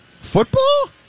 Football